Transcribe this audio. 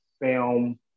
film